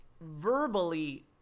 verbally